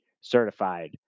certified